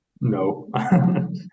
No